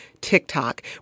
TikTok